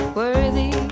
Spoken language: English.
worthy